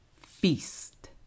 feast